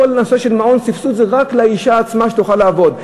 כל הנושא של מעונות וסבסוד זה רק לאישה עצמה שתוכל לעבוד.